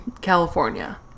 California